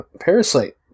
Parasite